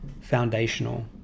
foundational